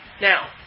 Now